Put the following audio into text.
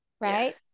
right